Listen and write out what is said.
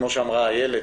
כמו שאמרה איילת,